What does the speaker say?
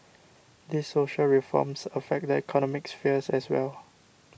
these social reforms affect the economic sphere as well